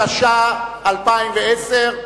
התש"ע 2010,